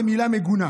זה מילה מגונה.